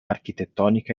architettonica